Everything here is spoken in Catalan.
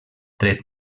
tret